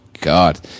god